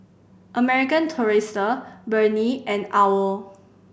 American Tourister Burnie and owl